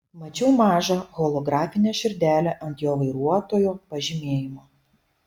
mačiau mažą holografinę širdelę ant jo vairuotojo pažymėjimo